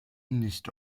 nicht